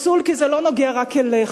זה פסול כי זה לא נוגע רק אליך,